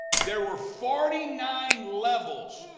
there were forty nine levels,